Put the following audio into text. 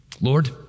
lord